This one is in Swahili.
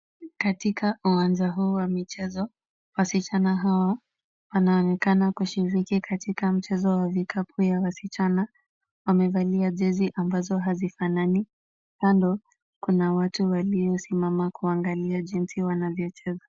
Katika uwanja huu wa michezo, wasichana hawa wanaonekana kushiriki katika michezo ya vikapu ya wasichana. Wamevalia jezi ambazo hazifanani. Kando kuna watu waliosimama kuangalia jinsi wanavyocheza.